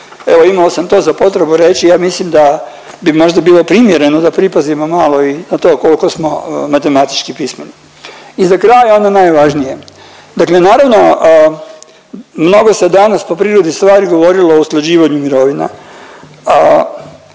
Evo imao sam to za potrebu reći. Ja mislim da bi možda bilo primjereno da pripazimo malo i na to koliko smo matematički pismenim. I za kraj ono najvažnije. Dakle naravno mnogo se danas po prirodi stvari govorilo o usklađivanju mirovina,